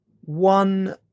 one